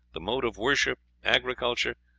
the mode of worship, agriculture,